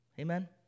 Amen